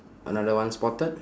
another one spotted